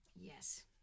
Yes